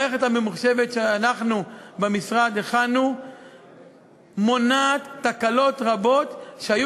המערכת הממוחשבת שאנחנו במשרד הכנו מונעת תקלות רבות שהיו